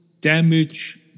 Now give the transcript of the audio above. damage